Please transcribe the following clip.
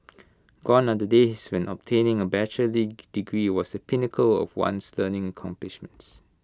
gone are the days when obtaining A bachelor's degree was the pinnacle of one's learning accomplishments